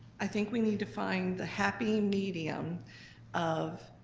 i think we need to find the happy medium of,